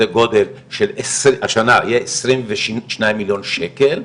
השנה יהיו עשרים ושניים מיליון שקל.